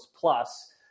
plus